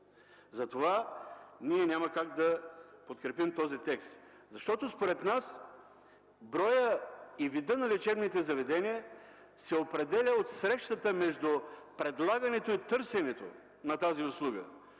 Затова ние няма как да подкрепим този текст. Според нас броят и видът на лечебните заведения се определят от срещата между предлагането и търсенето на тази услуга,